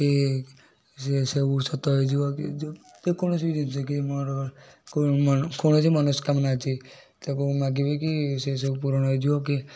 ଇଏ ସେ ସବୁ ସତ ହୋଇଯିବ କି ଯେକୌଣସି ବି ଜିନିଷ କି ମୋର କୌଣସି ମନସ୍କାମନା ଅଛି ତାକୁ ମାଗିବି କି ସେ ସବୁ ପୂରଣ ହୋଇଯିବ କି